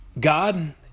God